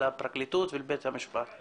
לפרקליטות ולבית המשפט.